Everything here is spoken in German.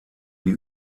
die